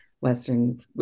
Western